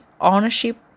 ownership